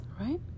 right